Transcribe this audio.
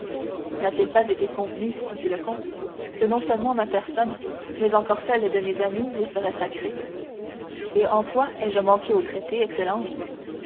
n'a-t-il pas été convenu dit le comte que non seulement ma personne mais encore celle de mes amis vous seraient sacrées et en quoi ai-je manqué au traité excellence